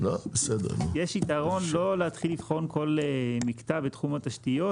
יש יתרון לא להתחיל לבחון כל מקטע בתחום התשתיות,